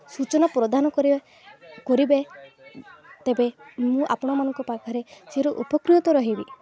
ସୂଚନା ପ୍ରଦାନ କରିବା କରିବେ ତେବେ ମୁଁ ଆପଣମାନଙ୍କ ପାଖରେ ଚିରୋପକୃତ ରହିବି